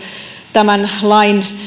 tämän lain